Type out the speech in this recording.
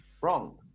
Wrong